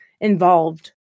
involved